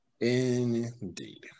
indeed